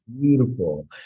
Beautiful